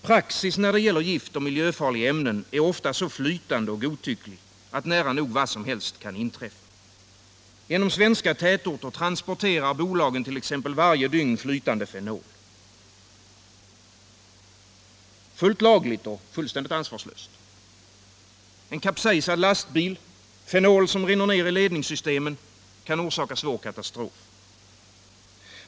Praxis när det gäller gift och miljöfarliga ämnen är ofta så flytande och godtycklig att nära nog vad som helst kan inträffa. Genom svenska tätorter transporterar bolagen varje dygn t.ex. flytande fenol — fullt lagligt och fullständigt ansvarslöst. En kapsejsad lastbil, fenol som rinner ner i ledningssystemen kan orsaka katastrof.